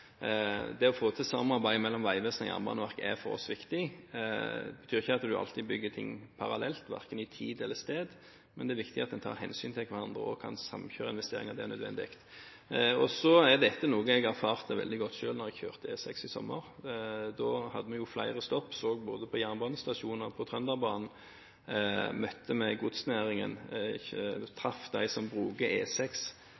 Det å få til samarbeid mellom Vegvesenet og Jernbaneverket er viktig for oss. Det betyr ikke at en alltid bygger ting parallelt, verken når det gjelder tid eller sted, men det er viktig at en tar hensyn til hverandre og kan samkjøre investeringene der det er nødvendig. Dette er noe jeg erfarte veldig godt selv da jeg kjørte E6 i sommer. Da hadde vi flere stopp og så både på jernbanestasjoner på Trønderbanen, møtte godsnæringen